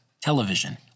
television